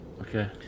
okay